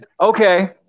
Okay